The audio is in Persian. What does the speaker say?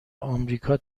آمریکا